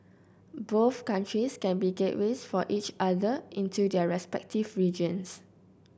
both countries can be gateways for each other into their respective regions